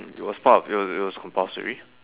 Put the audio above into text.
it was part of it was it was compulsory